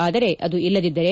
ಆದರೆ ಅದು ಇಲ್ಲದಿದ್ದರೆ